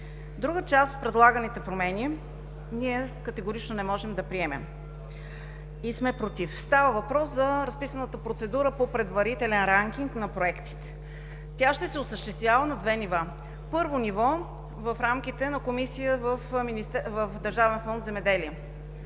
Друга част от предлаганите промени ние категорично не можем да приемем и сме против. Става въпрос за разписаната процедура по предварителен ранкинг на проектите. Тя ще се осъществява на две нива. Първо ниво – в рамките на комисия в Държавен фонд „Земеделие“.